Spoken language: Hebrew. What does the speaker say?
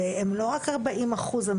והם לא רק ארבעים אחוז,